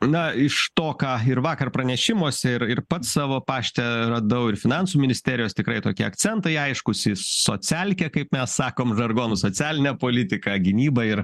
na iš to ką ir vakar pranešimuose ir ir pats savo pašte radau ir finansų ministerijos tikrai tokie akcentai aiškūs į socialkę kaip mes sakom žargonu socialinę politiką gynybą ir